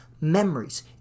memories